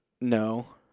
No